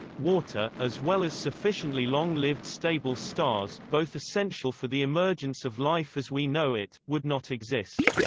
water, as well as sufficiently long-lived stable stars, both essential for the emergence of life as we know it, would not exist.